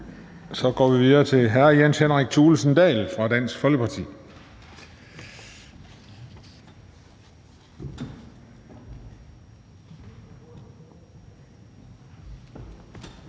og går videre til hr. Jens Henrik Thulesen Dahl fra Dansk Folkeparti.